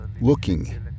looking